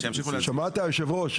שמעת יושב הראש?